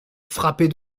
frappez